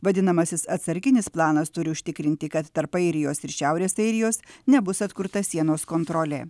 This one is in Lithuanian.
vadinamasis atsarginis planas turi užtikrinti kad tarp airijos ir šiaurės airijos nebus atkurta sienos kontrolė